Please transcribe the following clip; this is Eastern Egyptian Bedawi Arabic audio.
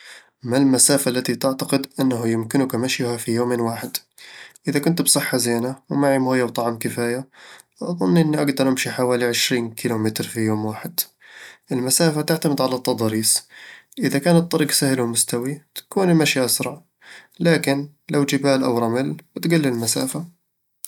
ما المسافة التي تعتقد أنه يمكنك مشيها في يوم واحد؟ إذا كنت بصحة زينة ومعي موية وطعام كفاية، أظن اني أقدر أمشي حوالي عشرين كيلومتر في يوم واحد المسافة تعتمد على التضاريس؛ إذا كان الطريق سهل ومستوٍ، تكون المشي أسرع، لكن لو جبال أو رمل، بتقل المسافة